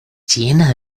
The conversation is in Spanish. llena